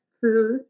food